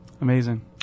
Amazing